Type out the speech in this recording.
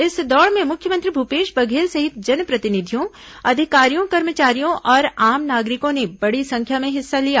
इस दौड़ में मुख्यमंत्री भूपेश बघेल सहित जनप्रतिनिधियों अधिकारियों कर्मचारियों और आम नागरिकों ने बड़ी संख्या में हिस्सा लिया